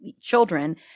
children